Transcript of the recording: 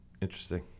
Interesting